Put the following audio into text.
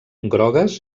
grogues